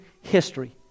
history